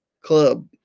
club